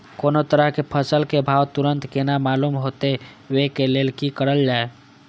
कोनो तरह के फसल के भाव तुरंत केना मालूम होते, वे के लेल की करल जाय?